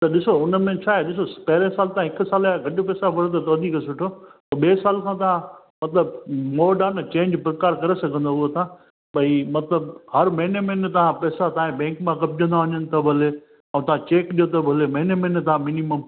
त ॾिसो उनमें छाहे ॾिसोसि पहिरियों सालु तव्हां हिकु सालु या घटि पैसा भरियो त वधीक सुठो पोइ ॿिए साल खां तव्हां मतिलबु मोड आहे न चेंज़ प्रकार करे सघंदव उहो तव्हां भाई मतिलबु हर महिने महिने पैसा तव्हां बेंक मां कपजंदा वञनि त बि हले ऐं तव्हां चेक ॾियो त बि हले महिने महिने तव्हां मिनिमम